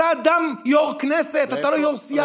אתה יו"ר הכנסת, לא יו"ר סיעת יש עתיד.